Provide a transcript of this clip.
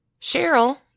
Cheryl